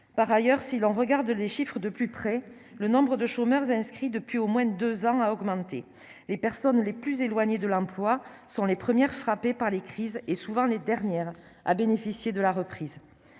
par ailleurs, si l'on regarde les chiffres de plus près, le nombre de chômeurs inscrits depuis au moins 2 ans, à augmenter les personnes les plus éloignées de l'emploi sont les premières frappés par les crises et souvent les dernières à bénéficier de la reprise,